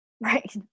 Right